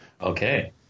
Okay